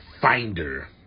finder